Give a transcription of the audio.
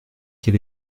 quel